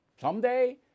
someday